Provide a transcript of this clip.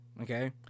okay